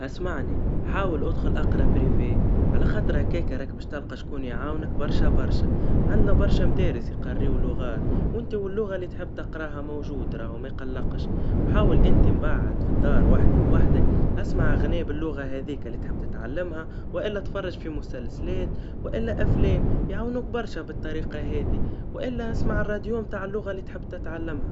اسمعني, حاول أدخل أقرب ريفي, على خاطرك بش تلقى شكون يعاونك برشا برشا, عنا برشا مدارس يقريو لغات, وانت واللغا اللي تحب تقراها موجودا, رهو ميقلقش, حاول انت مبعد في الدار ووحدك وحدك, اسمع اغنيا باللغا هاديك اللي تحب تتعلمها, وإلا اتفرج في مسلسلات, وإلا أفلام, يعونوك برشا بالطريقا هادي, وإلا اسمع الراديو متاع اللغة اللي تحب تتعلمها.